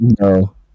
No